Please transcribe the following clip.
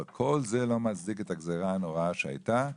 אבל כל זה לא מצדיק את הגזרה הנוראה שהייתה,